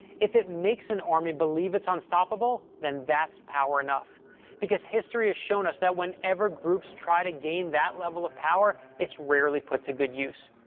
if it makes an army believe it's unstoppable, then that's power enough because history has shown us that whenever groups try to gain that level of power, it's rarely put to good use.